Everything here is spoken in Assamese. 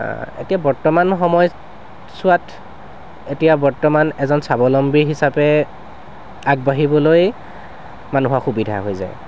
এতিয়া বৰ্তমান সময়ছোৱাত এতিয়া বৰ্তমান এজন স্বাৱলম্বী হিচাপে আগবাঢ়িবলৈ মানুহৰ সুবিধা হৈ যায়